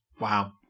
wow